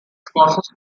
causes